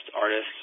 artists